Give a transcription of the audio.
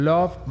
Love